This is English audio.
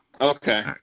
Okay